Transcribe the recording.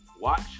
Watch